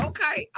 Okay